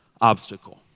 obstacle